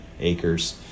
acres